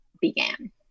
began